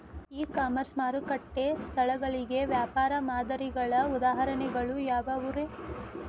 E commerce ಮಾರುಕಟ್ಟೆ ಸ್ಥಳಗಳಿಗೆ ವ್ಯಾಪಾರ ಮಾದರಿಗಳ ಉದಾಹರಣೆಗಳು ಯಾವವುರೇ?